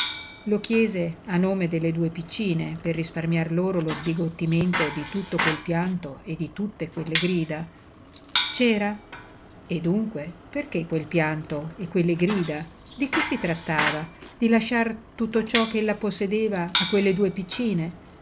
lo chiese a nome delle due piccine per risparmiar loro lo sbigottimento di tutto quel pianto e di tutte quelle grida c'era e dunque perché quel pianto e quelle grida di che si trattava di lasciar tutto ciò che ella possedeva a quelle due piccine